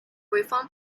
reform